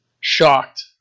shocked